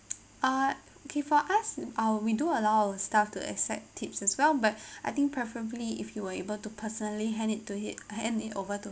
uh okay for us uh we do allow staff to accept tips as well but I think preferably if you were able to personally hand it to hit hand it over to her